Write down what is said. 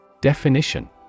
Definition